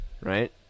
right